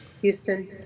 Houston